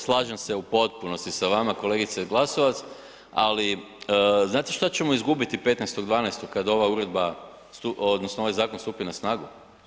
Slažem se u potpunosti sa vama, kolegice Glasovac, ali znate šta ćemo izgubiti 15. 12. kada ova uredba odnosno ovaj zakon stupi na snagu?